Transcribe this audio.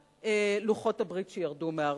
הנתונים האלה הם לא לוחות הברית שירדו מהר-סיני.